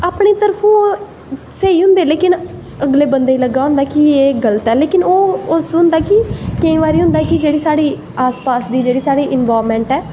अपने उप्पर स्हेई होंदे पर मतलव बंदे गी लग्गा दा होंदा गल्त ऐ पर ओह् उस होंदा कि केईं बारी होंदा कि आस पास दी जेह्ड़ी साढ़ी इंबाईरनमैंट ऐ